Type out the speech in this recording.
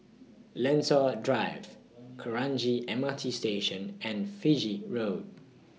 Lentor Drive Kranji M R T Station and Fiji Road